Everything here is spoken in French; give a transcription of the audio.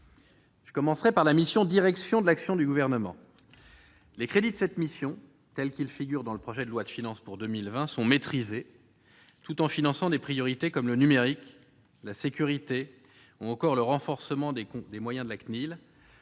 Les crédits de la mission « Direction de l'action du Gouvernement », tels qu'ils figurent dans le projet de loi de finances pour 2020, sont maîtrisés, tout en finançant des priorités comme le numérique, la sécurité ou le renforcement des moyens de la CNIL